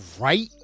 right